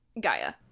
Gaia